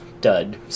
dud